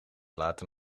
later